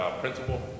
Principal